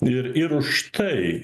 ir ir už tai